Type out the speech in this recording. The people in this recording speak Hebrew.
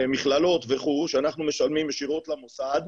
מכללות וכו', שאנחנו משלמים ישירות למוסד,